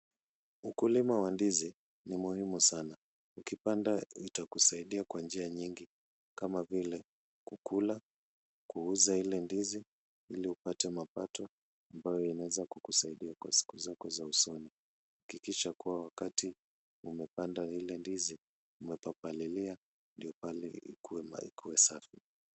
Ukulima wa ndizi ni muhimu sana. Ukipanda itakusaidia kwa njia nyingi kama vile; kukula, kuuza ile ndizi ili upate mapato ambayo inaeza kukusaidia kwa siku zako za usoni. Hakikisha kuwa wakati umepanda ile ndizi umepapalilia ndio pale ikuwe mahali safi.